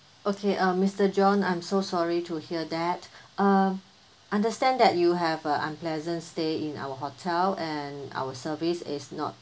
okay uh mister john I'm so sorry to hear that uh understand that you have a unpleasant stay in our hotel and our service is not